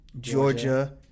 Georgia